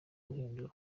duhindure